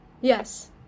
Yes